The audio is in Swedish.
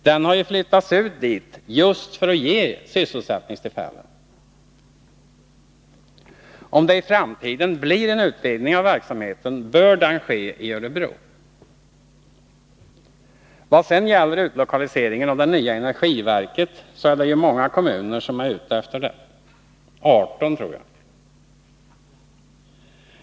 Den har ju flyttats ut dit just för att ge sysselsättningstillfällen. Om det i framtiden blir en utvidgning av verksamheten, bör den tillföras Örebro. Vad sedan gäller utlokaliseringen av det nya energiverket, är det många kommuner som är ute efter det — 18 tror jag.